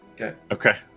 Okay